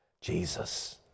Jesus